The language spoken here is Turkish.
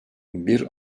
bir